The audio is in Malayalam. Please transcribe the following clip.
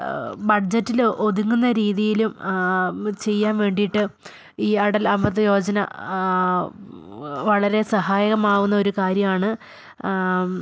ബഡ്ജറ്റിൽ ഒതുങ്ങുന്ന രീതിയിലും ചെയ്യാൻ വേണ്ടിയിട്ട് ഈ അടൽ അമൃത് യോജന വളരെ സഹായകമാവുന്ന ഒരു കാര്യമാണ്